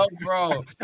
bro